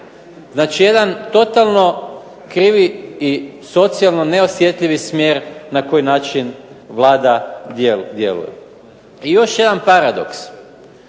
Znači, jedan totalno krivi i socijalno neosjetljivi smjer na koji način Vlada djeluje. I još jedan paradoks,